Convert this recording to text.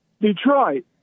Detroit